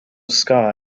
scott